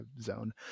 zone